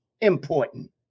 important